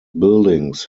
buildings